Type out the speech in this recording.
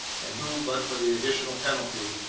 and who, but for the additional penalty,